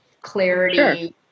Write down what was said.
clarity